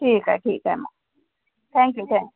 ठीक आहे ठीक आहे मग थँक्यू थँक्यू